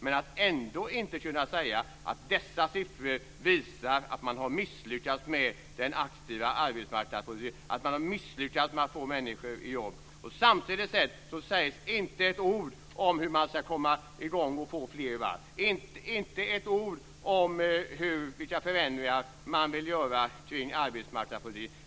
Han borde ändå kunna säga att dessa siffror visar att man har misslyckats med den aktiva arbetsmarknadspolitiken och med att få människor i jobb. Det sägs inte heller ett ord om hur man ska komma i gång för att få fler i arbete, inte ett ord om vilka förändringar man vill göra i arbetsmarknadspolitiken.